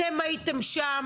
אתם הייתם שם.